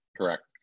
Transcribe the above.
correct